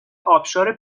آبشار